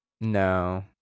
No